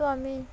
স্বামী